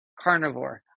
carnivore